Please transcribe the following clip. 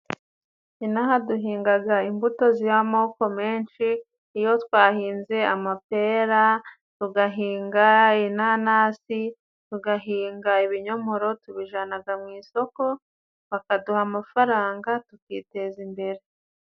Ino aha duhingaga imbuto z 'amoko menshi: iyo twahinze amapera, tugahinga inanasi ,tugahinga ibinyomoro ,tubijanaga mu isoko bakaduha amafaranga tukiteza imbere.